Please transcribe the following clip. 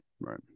right